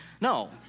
No